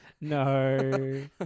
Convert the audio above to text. No